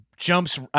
jumps